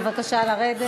בבקשה לרדת.